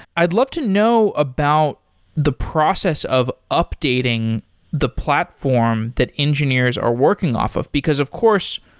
i'd love to know about the process of updating the platform that engineers are working off of, because, of course,